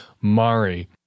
Mari